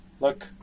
Look